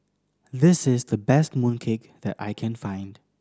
this is the best mooncake that I can find